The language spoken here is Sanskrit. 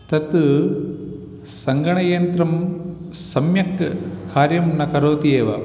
तत् सङ्गणकयन्त्रं सम्यक् कार्यं न करोति एव